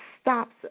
stops